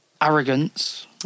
Arrogance